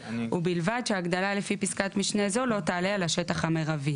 ובלבד שההגדלה לפי פסקת משנה זו לא תעלה על השטח המירבי.